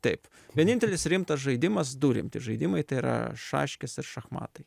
taip vienintelis rimtas žaidimas du rimti žaidimai tai yra šaškės ir šachmatai